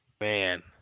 Man